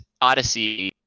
Odyssey